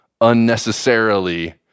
unnecessarily